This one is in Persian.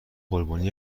قربانی